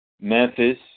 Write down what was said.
Memphis